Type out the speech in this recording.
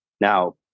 Now